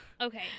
Okay